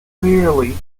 clearly